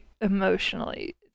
emotionally